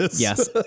Yes